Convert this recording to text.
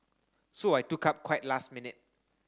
so I took up quite last minute